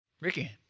Ricky